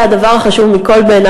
והדבר החשוב מכול,